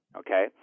okay